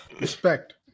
Respect